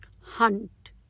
hunt